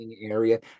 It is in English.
area